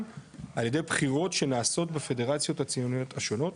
על ידי בחירות שנעשות בפדרציות הציוניות השונות,